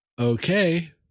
Okay